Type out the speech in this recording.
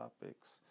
topics